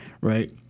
right